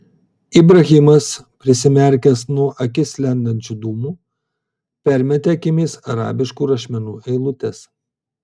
ibrahimas prisimerkęs nuo į akis lendančių dūmų permetė akimis arabiškų rašmenų eilutes